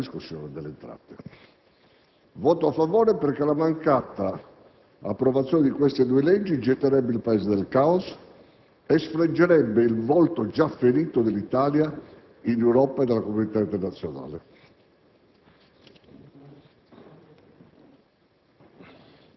Nonostante tutto questo, voterò a favore della fiducia e quindi per l'approvazione della legge finanziaria, e poi anche della legge di bilancio, anche se essa ha ormai perduto i suoi propri caratteri costituzionali di legge formale e di semplice autorizzazione all'erogazione della spesa e alla riscossione delle entrate.